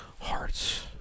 hearts